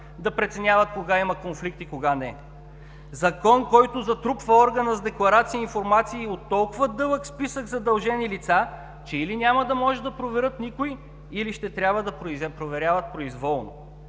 да преценява кога има конфликт и кога не. Закон, който затрупва органа с декларации и информации от толкова дълъг списък задължени лица, че или няма да може да проверят никой, или ще трябва да проверяват произволно.